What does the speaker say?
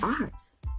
arts